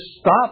stop